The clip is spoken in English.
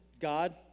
God